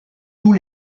tous